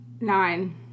Nine